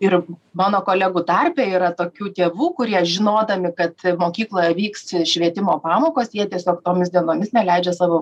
ir mano kolegų tarpe yra tokių tėvų kurie žinodami kad mokykloje vyks švietimo pamokos jie tiesiog tomis dienomis neleidžia savo